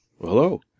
Hello